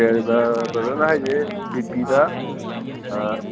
okay ꯑꯗꯨꯗ ꯕ꯭ꯔꯗꯔꯅ ꯍꯥꯏꯔꯤꯁꯦ ꯕꯤꯄꯤꯗ ꯑꯥ